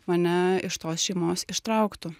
mane iš tos šeimos ištrauktų